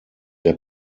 der